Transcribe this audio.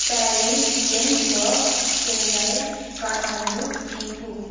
Paris Johannesburg Shanghai Kathmandu Thimphu